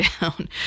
down